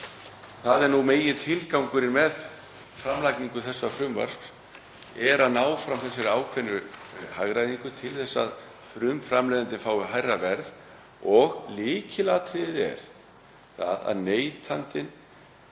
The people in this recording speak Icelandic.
er: Já. Megintilgangurinn með framlagningu þessa frumvarps er að ná fram þessari ákveðnu hagræðingu til að frumframleiðandinn fái hærra verð og lykilatriðið er það að neytandinn